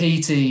PT